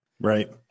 right